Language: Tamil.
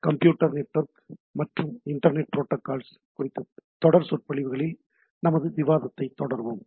கம்ப்யூட்டர் நெட்வொர்க் மற்றும் இன்டர்நெட் புரோட்டோகால்ஸ் குறித்த தொடர் சொற்பொழிவுகளில் நமது விவாதத்தைத் தொடருவோம்